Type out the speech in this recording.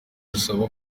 gusaba